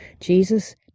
Jesus